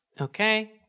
Okay